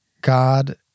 God